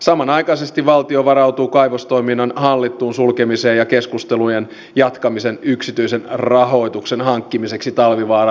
samanaikaisesti valtio varautuu kaivostoiminnan hallittuun sulkemiseen ja keskustelujen jatkamiseen yksityisen rahoituksen hankkimiseksi talvivaaraan